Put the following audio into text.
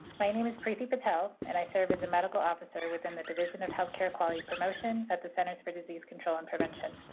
my name is priti patel, and i serve as a medical officer within the division of healthcare quality promotions at the centers for disease control and prevention.